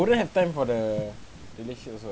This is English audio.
have time for the relationship also